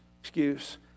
Excuse